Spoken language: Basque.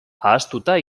ahaztuta